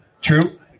True